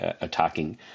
attacking